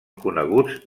coneguts